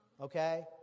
Okay